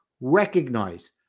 Recognize